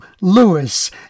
lewis